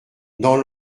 dans